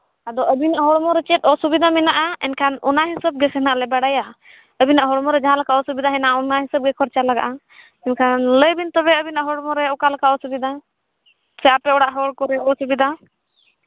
ᱟᱫᱚ ᱟᱹᱵᱤᱱᱤᱡ ᱦᱚᱲᱢᱚ ᱨᱮ ᱪᱮᱫ ᱚᱥᱩᱵᱤᱫᱟ ᱦᱮᱱᱟᱜᱼᱟ ᱮᱱᱠᱷᱟᱱ ᱚᱱᱟ ᱦᱤᱥᱟᱹᱵᱽ ᱵᱮᱥ ᱦᱟᱸᱜ ᱞᱮ ᱵᱟᱲᱟᱭᱟ ᱟᱹᱵᱤᱱᱟᱜ ᱦᱚᱲᱢᱚ ᱨᱮ ᱡᱟᱦᱟᱸᱞᱮᱠᱟ ᱚᱥᱩᱵᱤᱫᱟ ᱦᱮᱱᱟᱜ ᱚᱱᱟ ᱦᱤᱥᱟᱹᱵᱽ ᱜᱮ ᱠᱷᱚᱨᱪᱟ ᱞᱟᱜᱟᱜᱼᱟ ᱮᱱᱠᱷᱟᱱ ᱞᱟᱹᱭ ᱵᱤᱱ ᱛᱚᱵᱮ ᱟᱵᱤᱱᱟᱜ ᱦᱚᱲᱢᱚ ᱨᱮ ᱚᱠᱟᱞᱮᱠᱟ ᱚᱥᱩᱵᱤᱛᱟ ᱥᱮ ᱟᱯᱮ ᱚᱲᱟᱜ ᱦᱚᱲ ᱠᱚᱨᱮᱭᱟᱜ ᱚᱥᱩᱵᱤᱫᱟ